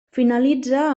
finalitza